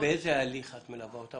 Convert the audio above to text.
באיזה הליך את מלווה אותם?